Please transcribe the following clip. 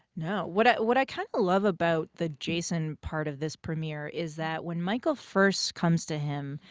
no, what what i kind of love about the jason part of this premiere is that when michael first comes to him,